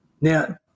Now